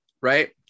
right